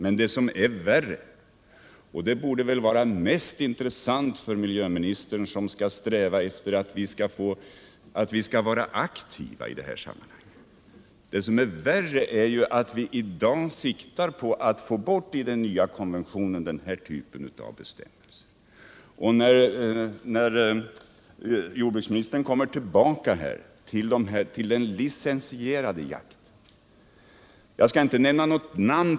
Men vad som är angeläget — och det borde väl vara mest intressant för miljöministern, som skall sträva efter framsteg i dessa frågor — är att vi i dag siktar till att i den nya konventionen få bort denna typ av bestämmelser. Jordbruksministern kom i detta sammanhang tillbaka till frågan om den licensierade jakten.